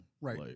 Right